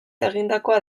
egindakoa